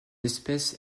espèce